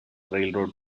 railroad